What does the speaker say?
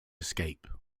escape